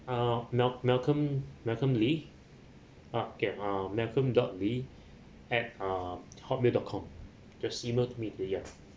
uh mal~ malcolm malcolm lee ah okay uh malcolm dot lee at uh hotmail dot com just email to me to ya